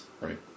Right